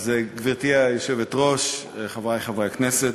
גברתי היושבת-ראש, חברי חברי הכנסת,